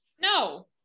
no